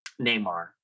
Neymar